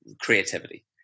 creativity